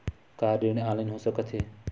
का ऋण ऑनलाइन हो सकत हे?